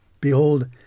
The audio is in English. Behold